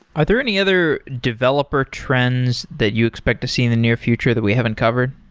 are there any other developer trends that you expect to see in the near future that we haven't covered?